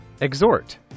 exhort